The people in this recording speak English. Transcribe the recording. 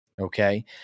Okay